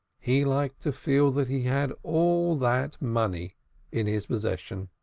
he liked to feel that he had all that money in his possession.